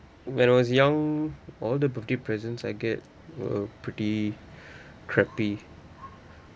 when I was young all the birthday presents I get were pretty crappy